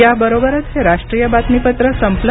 या बरोबरच हे राष्ट्रीय बातमीपत्र संपलं